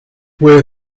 where